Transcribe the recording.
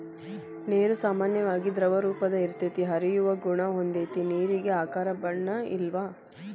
ನೇರು ಸಾಮಾನ್ಯವಾಗಿ ದ್ರವರೂಪದಾಗ ಇರತತಿ, ಹರಿಯುವ ಗುಣಾ ಹೊಂದೆತಿ ನೇರಿಗೆ ಆಕಾರ ಬಣ್ಣ ಇಲ್ಲಾ